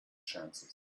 chances